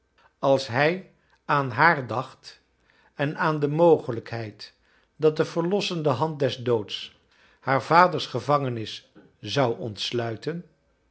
als hij aan haar dacht en aan de mogelijkheid dat de verlossende hand des doods haar vaders gevangenis zou ontsluiten